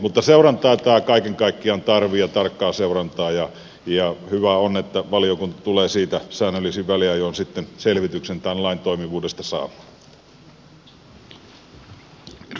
mutta tarkkaa seurantaa tämä kaiken kaikkiaan tarvitsee ja hyvä on että valiokunta tulee säännöllisin väliajoin sitten selvityksen tämän lain toimivuudesta saamaan